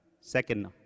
second